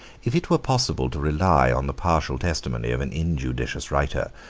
it were possible to rely on the partial testimony of an injudicious writer,